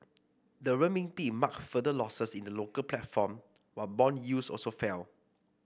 the Renminbi marked further losses in the local platform while bond yields also fell